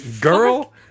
girl